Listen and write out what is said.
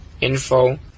info